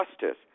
justice